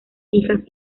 hijas